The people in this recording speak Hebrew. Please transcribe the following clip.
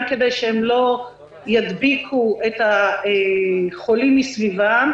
כדי שהם לא ידביקו את החולים מסביבם,